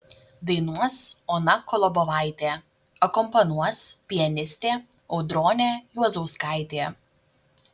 dainuos ona kolobovaitė akompanuos pianistė audronė juozauskaitė